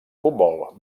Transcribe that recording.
futbol